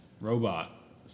robot